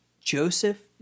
Joseph